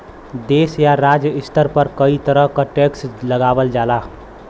देश या राज्य स्तर पर कई तरह क टैक्स लगावल जाला